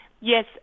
Yes